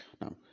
Now